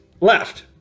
Left